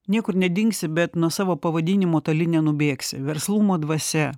niekur nedingsi bet nuo savo pavadinimo toli nenubėgsi verslumo dvasia